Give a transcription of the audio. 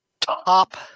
top